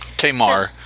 Tamar